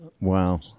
Wow